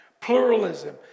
pluralism